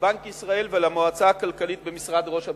לבנק ישראל ולמועצה הכלכלית במשרד ראש הממשלה,